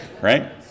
right